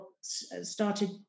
started